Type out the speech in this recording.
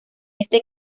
este